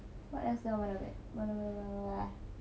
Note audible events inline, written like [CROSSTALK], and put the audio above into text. what else uh [NOISE]